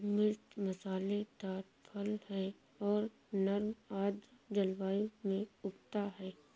मिर्च मसालेदार फल है और गर्म आर्द्र जलवायु में उगता है